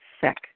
sick